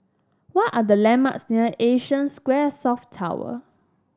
what are the landmarks near Asia Square South Tower